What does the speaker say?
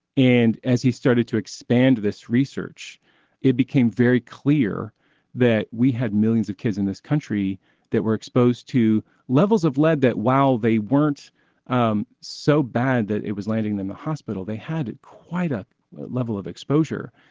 and as he started to expand this research it became very clear that we had millions of kids in this country that were exposed to levels of lead that while they weren't um so bad that it was landing them the hospital they had quite ah a level of exposure.